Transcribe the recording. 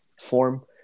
form